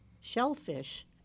shellfish